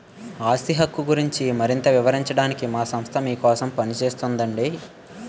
ఆస్తి హక్కు గురించి మరింత వివరించడానికే మా సంస్థ మీకోసం పనిచేస్తోందండి